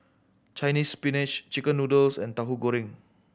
Chinese Spinach chicken noodles and Tauhu Goreng